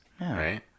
right